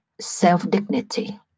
self-dignity